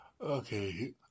Okay